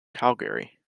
calgary